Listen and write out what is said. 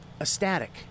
ecstatic